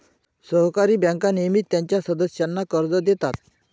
सहकारी बँका नेहमीच त्यांच्या सदस्यांना कर्ज देतात